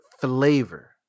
flavor